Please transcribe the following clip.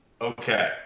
okay